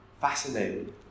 Fascinating